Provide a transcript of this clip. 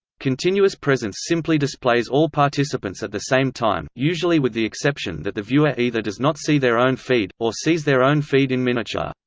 continuous presence simply displays all participants at the same time, usually with the exception that the viewer either does not see their own feed, or sees their own feed in miniature.